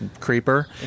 creeper